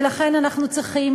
ולכן אנחנו צריכים,